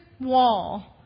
wall